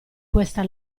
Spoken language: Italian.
questa